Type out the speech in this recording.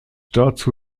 dazu